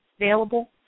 available